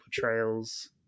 portrayals